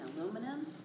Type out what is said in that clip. aluminum